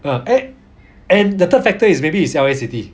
ya eh and the third factor is maybe is L_A city